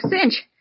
cinch